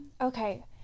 Okay